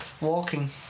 walking